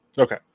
Okay